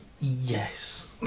yes